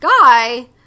guy